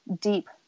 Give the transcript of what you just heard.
deep